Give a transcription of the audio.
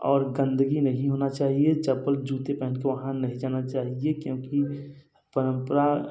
और गंदगी नहीं होना चाहिए चप्पल जूते पहन कर वहाँ नहीं जाना चाहिए क्योंकि परम्परा